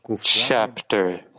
Chapter